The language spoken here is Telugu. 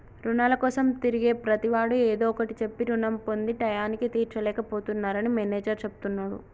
రుణాల కోసం తిరిగే ప్రతివాడు ఏదో ఒకటి చెప్పి రుణం పొంది టైయ్యానికి తీర్చలేక పోతున్నరని మేనేజర్ చెప్తున్నడు